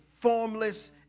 formless